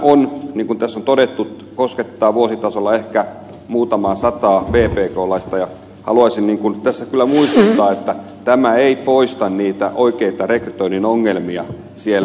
niin kuin tässä on todettu tämä koskettaa vuositasolla ehkä muutamaa sataa vpklaista ja haluaisin tässä kyllä muistuttaa että tämä ei poista niitä oikeita rekrytoinnin ongelmia siellä